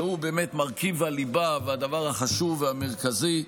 והוא באמת מרכיב הליבה והדבר החשוב והמרכזי,